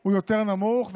הוא יותר נמוך,